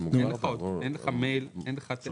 אין מייל, אין מספר טלפון.